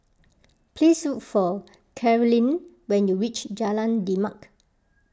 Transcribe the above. please look for Carlyle when you reach Jalan Demak